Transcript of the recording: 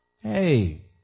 Hey